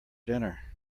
dinner